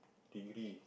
degree